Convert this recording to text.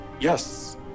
Yes